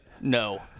No